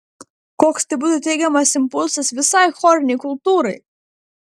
koks tai būtų teigiamas impulsas visai chorinei kultūrai